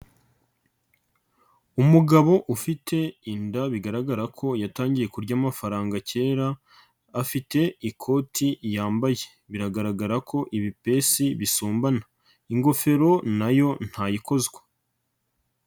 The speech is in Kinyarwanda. Umugabo ufite inda bigaragara ko yatangiye kurya amafaranga kera afite ikoti yambaye, biragaragara ko ibipesi bisumbana ingofero nayo ntayikozwa.